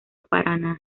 paraná